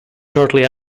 shortly